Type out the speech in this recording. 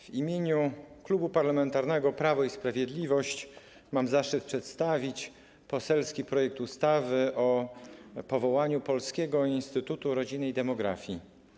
W imieniu Klubu Parlamentarnego Prawo i Sprawiedliwość mam zaszczyt przedstawić poselski projekt ustawy o powołaniu Polskiego Instytutu Rodziny i Demografii.